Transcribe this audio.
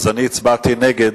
ואני הצבעתי נגד.